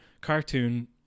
Cartoon